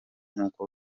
nk’uko